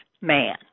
man